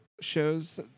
shows